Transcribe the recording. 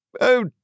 Oh